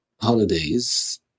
holidays